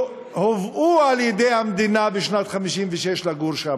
שהובאו על-ידי המדינה בשנת 1956 לגור שם.